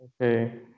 Okay